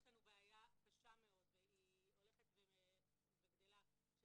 יש לנו בעיה קשה מאוד והיא הולכת וגדלה של